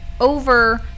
over